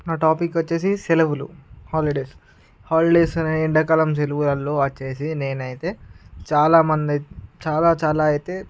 నా టాపిక్ వచ్చిసెలవులు holidays holidays అనే ఎండాకాలం సెలవులలో వచ్చి నేనైతే చాలామంది చాలా చాలా అయితే